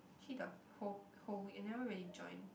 actually the whole whole week I never really join